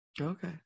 Okay